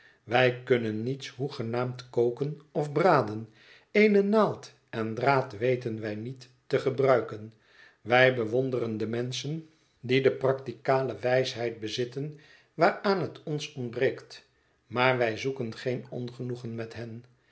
wij kunnen niets hoegenaamd koken of braden eene naald en draad weten wij niet te gebruiken wij bewonderen de menschen practicale wijsheid bezitten waaraan het ons ontbreekt maar wij zoeken geen ongenoegen met hen